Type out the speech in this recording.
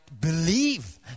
believe